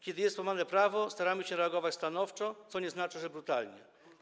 Kiedy jest łamane prawo, staramy się reagować stanowczo, co nie znaczy, że brutalnie.